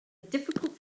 difficult